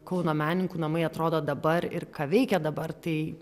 kauno menininkų namai atrodo dabar ir ką veikia dabar tai